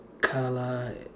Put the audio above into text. color